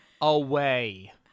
away